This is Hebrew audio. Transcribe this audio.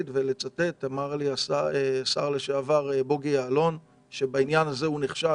אמר לי השר לשעבר בוגי יעלון שבעניין הזה הוא נכשל.